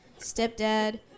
stepdad